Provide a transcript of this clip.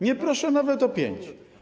Nie proszę nawet o pięć.